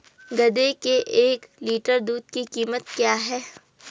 गधे के एक लीटर दूध की कीमत क्या है?